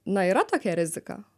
na yra tokia rizika